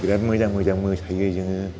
बिराद मोजां मोजां मोसायो जोङो